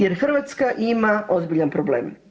Jer Hrvatska ima ozbiljan problem.